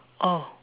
oh